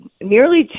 nearly